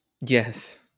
Yes